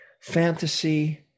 fantasy